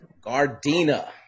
Gardena